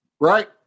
Right